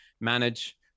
manage